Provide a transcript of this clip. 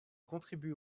contribue